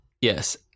yes